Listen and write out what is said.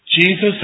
Jesus